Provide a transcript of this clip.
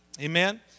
Amen